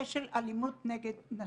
אלימות נגד נשים.